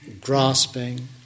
grasping